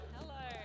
Hello